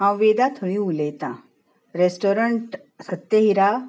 हांव वेदा थळी उलयतां रेस्टोरेंट सत्यहिरा